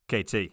KT